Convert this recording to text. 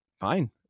fine